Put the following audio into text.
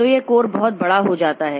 तो यह कोर बहुत बड़ा हो जाता है